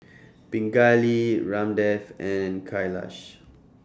Pingali Ramdev and Kailash